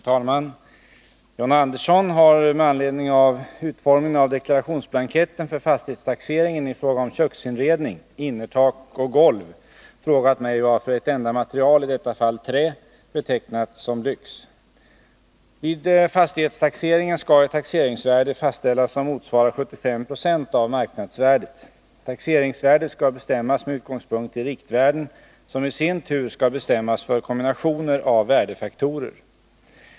Herr talman! John Andersson har med anledning av utformningen av deklarationsblanketten för fastighetstaxering i fråga om köksinredning, innertak och golv frågat mig varför ett enda material, i detta fall trä, betecknats som lyx. Vid fastighetstaxeringen skall ett taxeringsvärde fastställas som motsvarar 75 Jo av marknadsvärdet. Taxeringsvärdet skall bestämmas med utgångspunkt i riktvärden som i sin tur skall bestämmas för kombinationer av värdefaktorer.